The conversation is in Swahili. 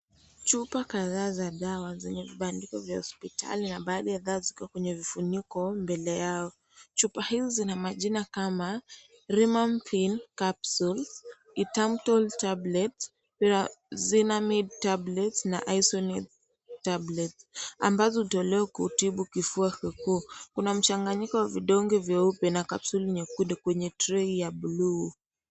Chupa kadhaa za dawa zenye vipandiko vya hospitali ambavyo viko kwenye vitundiko mbele yao, chupa hizi zinamajina kama rifamni capsules ,ethambutol tablet, pyrazinamide tablets ,isoniazid tablet ambazo hutolewa kutibu kifua kikuu, kuna mchanganyiko wa vidonge vyeupe na kapsule nyekundu kwenye tray ya buluu.